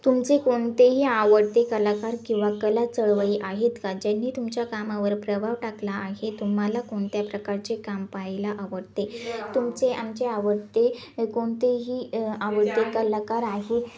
तुमचे कोणतेही आवडते कलाकार किंवा कला चळवळी आहेत का ज्यांनी तुमच्या कामावर प्रभाव टाकला आहे तुम्हाला कोणत्या प्रकारचे काम पाह्यला आवडते तुमचे आमचे आवडते कोणतेही आवडते कलाकार आहे